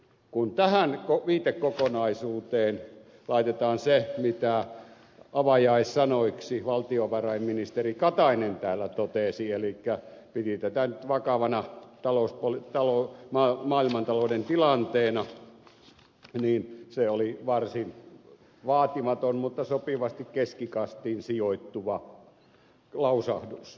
kun tähän viitekokonaisuuteen laitetaan se mitä avajaissanoiksi valtiovarainministeri katainen täällä totesi elikkä pidin tätä nyt vakavana maailmantalouden tilanteena niin se oli varsin vaatimaton mutta sopivasti keskikastiin sijoittuva lausahdus